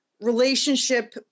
relationship